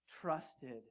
trusted